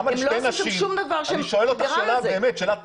הם לא עשו שם שום דבר שגרם לזה.